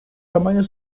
tamaño